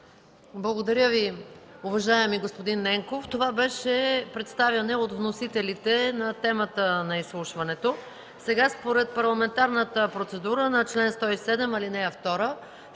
Благодаря Ви, уважаеми господин Ненков. Това беше представяне от вносителите на темата на изслушването. Сега, според парламентарната процедура на чл. 107, ал. 2,